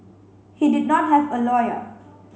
he did not have a lawyer